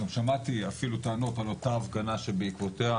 גם שמעתי אפילו טענות על אותה הפגנה שבעקבותיה